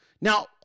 now